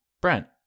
Brent